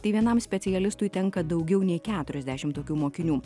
tai vienam specialistui tenka daugiau nei keturiasdešim tokių mokinių